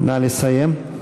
נא לסיים.